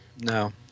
no